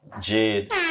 Jade